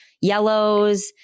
yellows